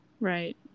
Right